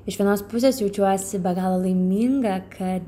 iš vienos pusės jaučiuosi be galo laiminga kad